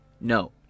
No